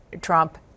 Trump